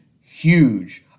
huge